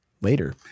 later